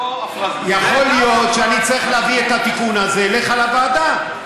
יכול להיות שאני אצטרך להביא את התיקון הזה אליך לוועדה,